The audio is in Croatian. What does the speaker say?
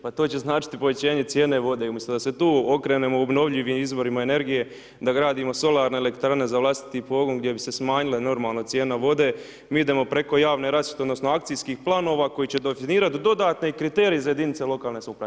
Pa to će značiti povećanje cijene vode, umjesto da se tu okrenemo obnovljivim izvorima energije da gradimo solarne elektrane za vlastiti pogon gdje bi se smanjila normalno cijena vode, mi idemo preko javne rasvjete, odnosno akcijskih planova koji će definirati dodatni kriterije za jedinice lokalne samouprave.